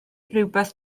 rywbeth